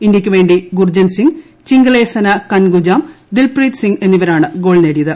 ഇന്ത്യക്കുവേണ്ടി Gurjant Singh Chinglensana Kangujam Dilpreet Singh എന്നിവരാണ് goal നേടിയത്